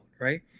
right